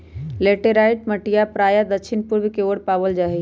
laterite मटिया प्रायः दक्षिण पूर्व के ओर पावल जाहई